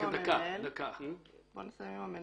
נסיים קודם עם המנהל.